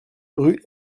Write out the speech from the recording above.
rue